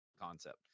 concept